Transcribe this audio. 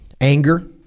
Anger